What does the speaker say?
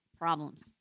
problems